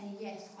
yes